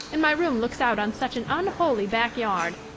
and my room looks out on such an unholy back yard.